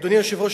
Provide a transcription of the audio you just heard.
אדוני היושב-ראש,